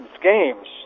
games